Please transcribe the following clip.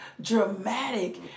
dramatic